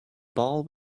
ball